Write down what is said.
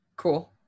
Cool